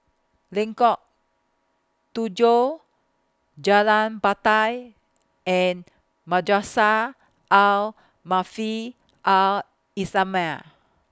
Lengkok Tujoh Jalan Batai and Madrasah Al Maarif Al Islamiah